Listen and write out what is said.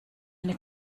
eine